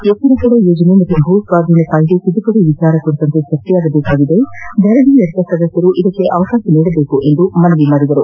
ಎತ್ತಿನಹೊಳೆ ಯೋಜನೆ ಹಾಗೂ ಭೂ ಸ್ವಾಧೀನ ಕಾಯ್ದೆ ತಿದ್ದುಪದಿ ವಿಚಾರ ಕುರಿತಂತೆ ಚರ್ಚೆಯಾಗಬೇಕಿದ್ದು ಧರಣಿ ನಿರತ ಸದಸ್ಯರು ಇದಕ್ಕೆ ಅವಕಾಶ ನೀಡಬೇಕೆಂದು ಮನವಿ ಮಾಡಿದರು